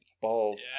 Balls